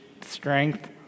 strength